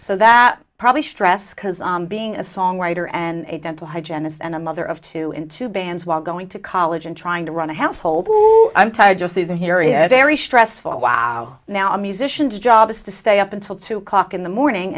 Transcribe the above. so that probably stress being a songwriter and a dental hygienist and a mother of two and two bands while going to college and trying to run a household i'm tired just isn't here is very stressful wow now a musician job is to stay up until two o'clock in the morning